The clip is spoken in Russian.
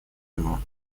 его